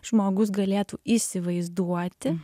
žmogus galėtų įsivaizduoti